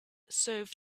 serve